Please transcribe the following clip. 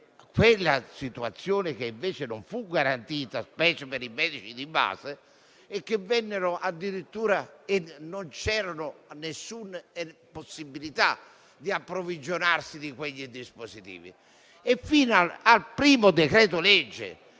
quella situazione che invece non fu garantita, specie per i medici di base; non c'era alcuna possibilità di approvvigionarsi di quei dispositivi. Fino all'emanazione del primo decreto-legge,